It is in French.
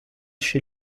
chez